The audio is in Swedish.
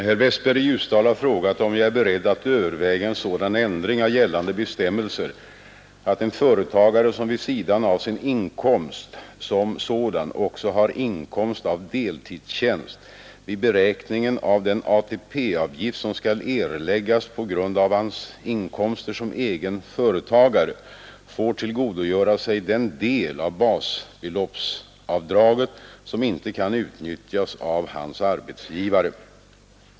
Herr Westberg i Ljusdal har frågat om jag är beredd att överväga en sådan ändring av gällande bestämmelser att en företagare, som vid sidan av sin inkomst som sådan också har inkomst av deltidstjänst, vid beräkningen av den ATP-avgift som skall erläggas på grund av hans inkomster som egen företagare får tillgodogöra sig den del av basbeloppsavdraget som inte kan utnyttjas av hans arbetsgivare.